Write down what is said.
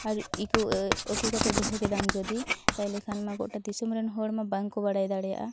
ᱟᱨ ᱳᱠᱳ ᱠᱟᱛᱮ ᱫᱚᱦᱚ ᱠᱮᱫᱟᱢ ᱡᱚᱫᱤ ᱛᱟᱦᱚᱞᱮ ᱠᱷᱟᱱ ᱢᱟ ᱜᱚᱴᱟ ᱫᱤᱥᱚᱢᱨᱮᱱ ᱦᱚᱲᱢᱟ ᱵᱟᱝᱠᱚ ᱵᱟᱲᱟᱭ ᱫᱟᱲᱮᱭᱟᱜᱼᱟ